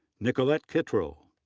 nicolette kittrell,